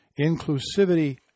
inclusivity